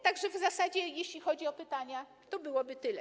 Tak że w zasadzie, jeśli chodzi o pytania, to byłoby tyle.